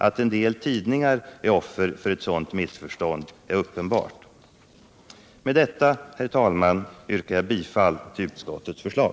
Att en del tidningar är offer för ett sådant missförstånd är uppenbart. Med detta yrkar jag, herr talman, bifall till utskottets förslag.